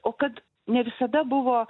o kad ne visada buvo